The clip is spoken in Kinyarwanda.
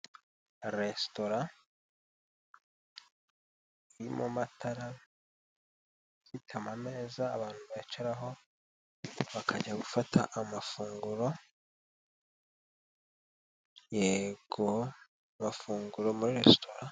Resitora irimo amatara, ifite amameza abantu bicaraho, bakajya gufata amafunguro, yego bafungura muri resitora.